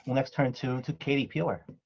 next turn to to katie peeler.